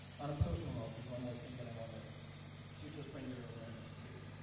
on a personal note, there's one more thing that i wanted to just bring your awareness to.